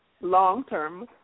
long-term